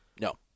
No